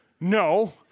no